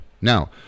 Now